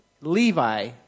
Levi